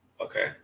Okay